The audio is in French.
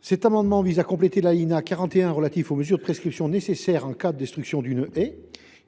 Cet amendement vise à compléter l’alinéa 41, relatif aux mesures de prescription nécessaires en cas de destruction d’une haie.